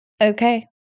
Okay